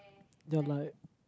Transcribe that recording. ya like